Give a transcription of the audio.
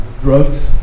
drugs